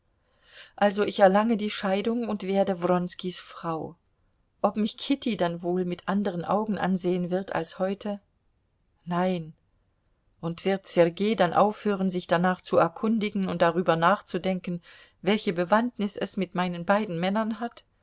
also ich erlange die scheidung und werde wronskis frau ob mich kitty dann wohl mit anderen augen ansehen wird als heute nein und wird sergei dann aufhören sich danach zu erkundigen und darüber nachzudenken welche bewandtnis es mit meinen beiden männern hat